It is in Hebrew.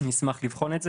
נשמח לבחון את זה,